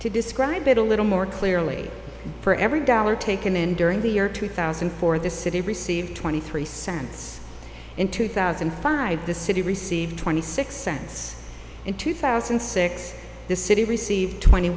to describe it a little more clearly for every dollar taken in during the year two thousand for the city received twenty three cents in two thousand and five the city received twenty six cents in two thousand and six the city received twenty